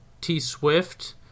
T-Swift